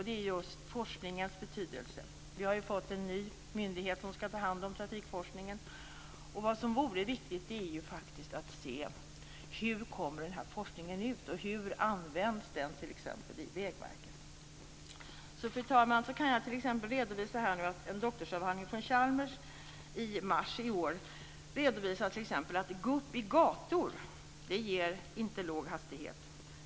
Det är just forskningens betydelse. Vi har fått en ny myndighet som ska ta hand om trafikforskningen. Det är viktigt att se hur denna forskning kommer ut och hur den används vid t.ex. Vägverket. Fru talman! Jag kan t.ex. nämna att man i en doktorsavhandling från Chalmers från mars i år redovisar att gupp i gator inte ger låg hastighet.